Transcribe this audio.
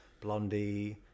Blondie